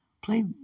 Play